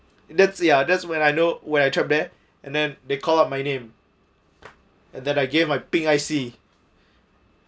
that's ya that's when I know where I there and then they call out my name and then I gave my pink I_C